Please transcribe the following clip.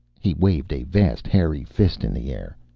he waved a vast, hairy fist in the air.